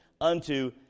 unto